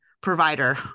provider